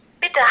Bitte